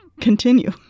continue